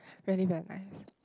really very nice